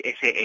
SAA